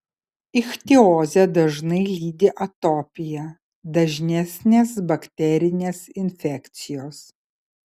ichtiozę dažnai lydi atopija dažnesnės bakterinės infekcijos